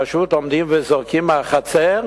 פשוט עומדים וזורקים מהחצר,